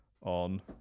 on